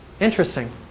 Interesting